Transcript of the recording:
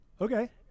Okay